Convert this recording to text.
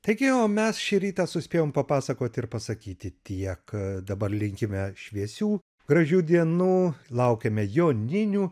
taigi o mes šį rytą suspėjom papasakoti ir pasakyti tiek dabar linkime šviesių gražių dienų laukiame joninių